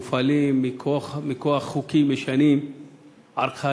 הם מופעלים מכוח חוקים ישנים וארכאיים.